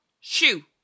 Shoo